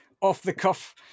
off-the-cuff